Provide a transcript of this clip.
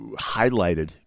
highlighted